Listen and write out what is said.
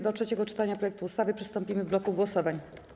Do trzeciego czytania projektu ustawy przystąpimy w bloku głosowań.